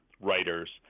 writers